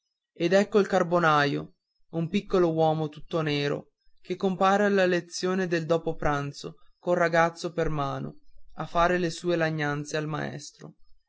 ed ecco il carbonaio un piccolo uomo tutto nero che compare alla lezione del dopopranzo col ragazzo per mano a fare le lagnanze al maestro